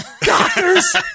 doctors